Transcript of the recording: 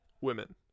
Women